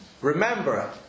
remember